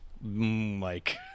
Mike